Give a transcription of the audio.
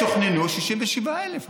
תוכננו 67,000,